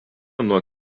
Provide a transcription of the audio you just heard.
nuo